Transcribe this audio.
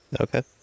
Okay